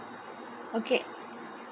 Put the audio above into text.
okay